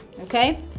okay